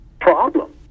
problem